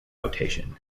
notation